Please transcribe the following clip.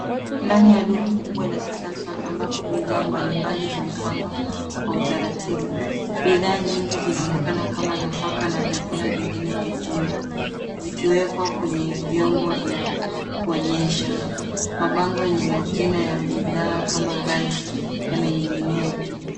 Ndani ya duka kubwa la kisasa ambapo bidhaa mbalimbali zimepangwa kwa utaratibu. Bidhaa nyingi zinaonekana kama nafaka na vyakula vingine vya jumla. Zimewekwa kwenye vyombo vya kuonyesha. Mabango yana majina ya bidhaa kama rice ya meninginia juu.